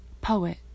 poet